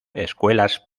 escuelas